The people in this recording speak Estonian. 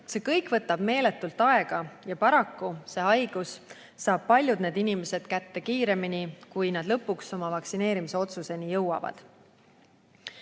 See kõik võtab meeletult aega ja paraku see haigus saab paljud inimesed kätte kiiremini, kui nad lõpuks oma vaktsineerimisotsuseni jõuavad.